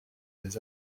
des